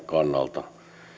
kannalta